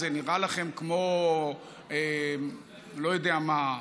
זה נראה לכם כמו לא יודע מה,